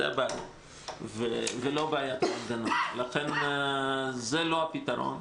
זאת הבעיה ולא בעיית --- לכן זה לא הפתרון.